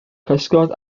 cysgodd